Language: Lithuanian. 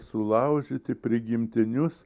sulaužyti prigimtinius